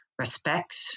respect